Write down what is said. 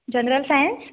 general science